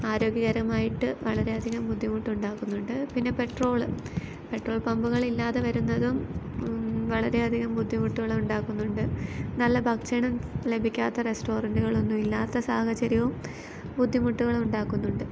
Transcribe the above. ആരോഗ്യകരമായിട്ട് വളരെയധികം ബുദ്ധിമുട്ടുണ്ടാക്കുന്നുണ്ട് പിന്നെ പെട്രോൾ പെട്രോൾ പമ്പുകൾ ഇല്ലാതെ വരുന്നതും വളരെയധികം ബുദ്ധിമുട്ടുകൾ ഉണ്ടാക്കുന്നുണ്ട് നല്ല ഭക്ഷണം ലഭിക്കാത്ത റസ്റ്റോറന്റുകളൊന്നും ഇല്ലാത്ത സാഹചര്യവും ബുദ്ധിമുട്ടുകളും ഉണ്ടാക്കുന്നുണ്ട്